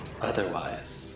Otherwise